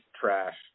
trash